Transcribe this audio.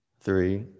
three